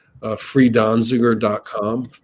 freedonziger.com